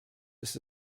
ist